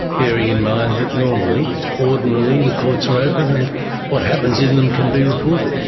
bearing in mind that normally, ordinarily the courts are open and what happens in them can be reported.